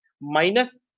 minus